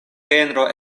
genro